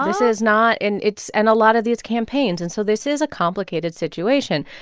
um this is not and it's and a lot of these campaigns. and so this is a complicated situation.